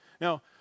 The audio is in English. Now